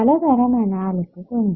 പലതരം അനാലിസിസ് ഉണ്ട്